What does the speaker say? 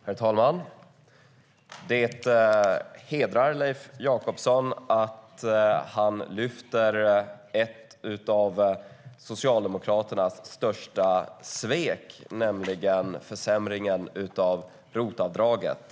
Herr talman! Det hedrar Leif Jakobsson att han lyfter fram ett av Socialdemokraternas största svek, nämligen försämringen av ROT-avdraget.